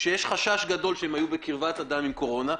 שיש חשש גדול שהם היו בקרבת אדם עם קורונה,